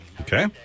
Okay